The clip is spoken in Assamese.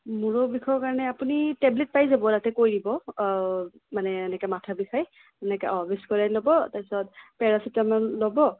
মূৰৰ বিষৰ কাৰণে আপুনি টেবলেট পাই যাব তাতে কৈ দিব মানে এনেকে মাথা বিষায় এনেকে অ ভিস্কোডাইন ল'ব তাৰ পিছত পেৰাচিটামল ল'ব